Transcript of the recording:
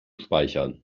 speichern